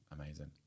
amazing